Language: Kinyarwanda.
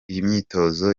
myitozo